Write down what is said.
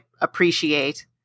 appreciate